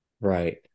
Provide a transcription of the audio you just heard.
Right